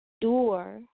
Door